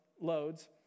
loads